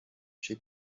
she